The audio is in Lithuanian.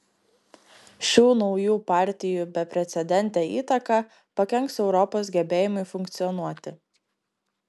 šių naujų partijų beprecedentė įtaka pakenks europos gebėjimui funkcionuoti